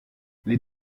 les